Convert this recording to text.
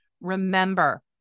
Remember